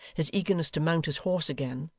his eagerness to mount his horse again,